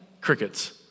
crickets